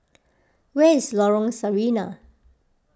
where is Lorong Sarina